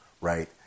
right